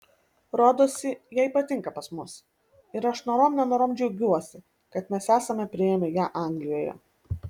rodosi jai patinka pas mus ir aš norom nenorom džiaugiuosi kad mes esame priėmę ją anglijoje